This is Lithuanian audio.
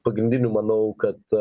pagrindinių manau kad